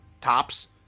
tops